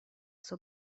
sua